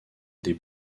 des